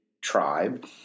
tribe